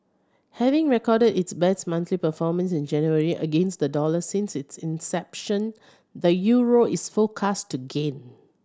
having recorded its best monthly performance in January against the dollar since its inception the euro is forecast to gain